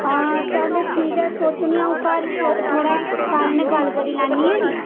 हां चल ठीक ऐ सोचनी अ'ऊं घर थोह्ड़ा साह्ब कन्नै गल्ल करी लैन्नी ऐं निं